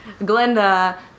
Glenda